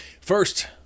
First